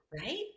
Right